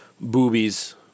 boobies